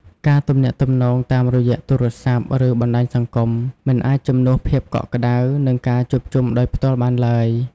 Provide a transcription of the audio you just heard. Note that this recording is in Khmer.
ការទំនាក់ទំនងតាមរយៈទូរសព្ទ ឬបណ្តាញសង្គម មិនអាចជំនួសភាពកក់ក្ដៅ និងការជួបជុំដោយផ្ទាល់បានឡើយ។